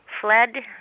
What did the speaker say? Fled